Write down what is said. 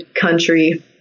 country